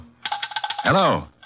Hello